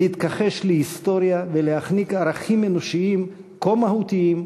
להתכחש להיסטריה ולהחניק ערכים אנושיים כה מהותיים,